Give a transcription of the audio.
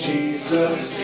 Jesus